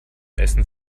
essen